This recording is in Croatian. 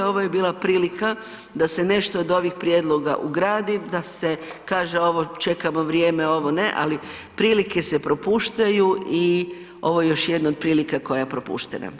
Ovo je bila prilika da se nešto od ovih prijedloga ugradi, da se kaže ovo čekamo vrijeme, ovo ne, ali prilike se propuštaju i ovo je još jedna od prilika koja je propuštena.